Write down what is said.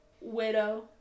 Widow